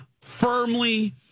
firmly